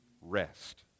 rest